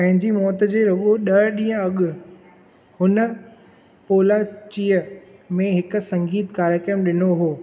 पंहिंजी मौति जे रुॻो ॾह ॾींहं अॻु हुन पोल्लाचीअ में हिकु संगीतु कार्यक्रमु ॾिनो हो